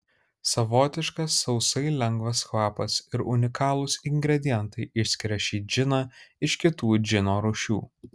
savotiškas sausai lengvas kvapas ir unikalūs ingredientai išskiria šį džiną iš kitų džino rūšių